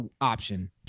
option